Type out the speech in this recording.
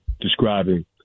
describing